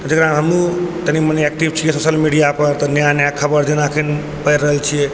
जकरामे हमहूँ कनि मनि एक्टिव छिए सोशल मीडियापर तऽ नया नया खबर जेना एखन पढ़ि रहल छिए